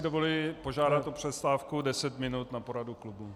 Dovoluji si požádat o přestávku 10 minut na poradu klubu.